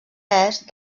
est